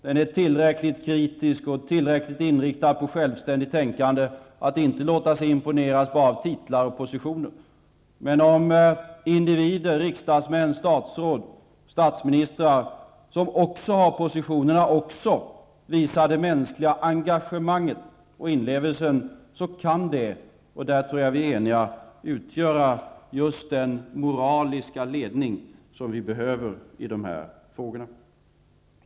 Denna är tillräckligt kritisk och tillräckligt inriktad på självständigt tänkande för att inte imponeras av våra titlar och positioner. Men om individer -- riksdagsmän, statsråd, statsministrar -- som också har positioner visar det mänskliga engagemanget, inlevelsen, kan det, och här tror jag att vi är eniga, utgöra just den moraliska ledning som vi behöver i dessa frågor.